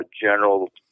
general